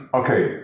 okay